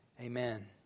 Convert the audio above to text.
amen